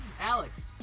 Alex